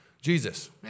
Jesus